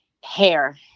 hair